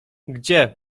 gdzie